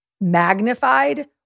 magnified